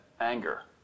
anger